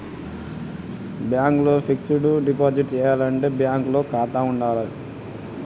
Bank ల fixed deposit చేయాలంటే bank ల ఖాతా ఉండాల్నా?